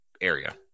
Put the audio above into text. area